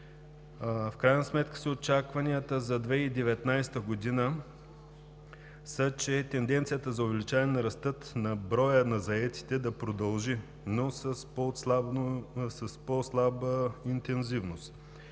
В крайна сметка очакванията за 2019 г. са, че тенденцията за увеличаване на ръста на броя на заетите да продължи, но с по-слаба интензивност.